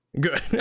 Good